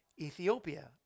Ethiopia